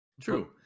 True